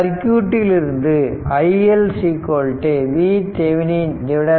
சர்க்யூட்டில் இருந்து iL VThevenin RThevenin RL